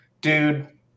dude